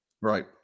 Right